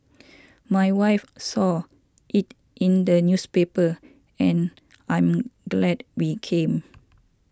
my wife saw it in the newspaper and I'm glad we came